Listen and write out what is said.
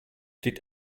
did